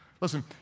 Listen